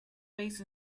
base